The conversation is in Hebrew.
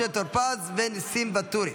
משה טור פז וניסים ואטורי.